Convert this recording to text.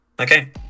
Okay